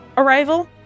arrival